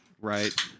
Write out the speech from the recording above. Right